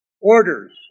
orders